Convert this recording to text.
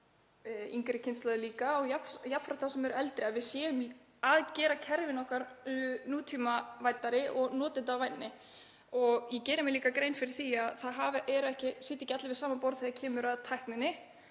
yngri kynslóðir og jafnframt þá sem eru eldri að við séum að gera kerfin okkar nútímavæddari og notendavænni. Ég geri mér líka grein fyrir því að það sitja ekki allir við sama borð þegar kemur að tækninni